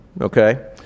okay